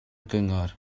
gyngor